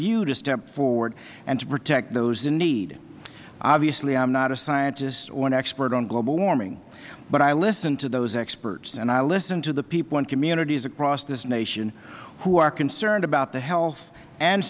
you to step forward and to protect those in need obviously i am not a scientist or an expert on global warming but i listen to those experts and i listen to the people in communities across this nation who are concerned about the health and